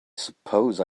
suppose